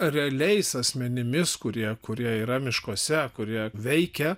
realiais asmenimis kurie kurie yra miškuose kurie veikia